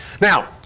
Now